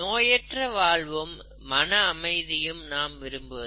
நோயற்ற வாழ்வும் மன அமைதியும் நாம் விரும்புவது